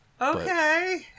okay